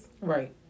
Right